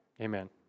Amen